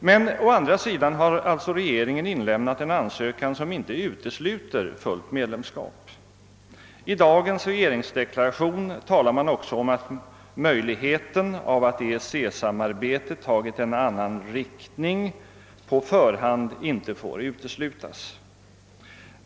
Men å andra sidan har regeringen inlämnat en ansökan som inte utesluter fullt medlemskap. I dagens regeringsdeklaration heter det också att »möjligheten av att EEC-samarbetet tagit en något annan riktning» inte får uteslutas.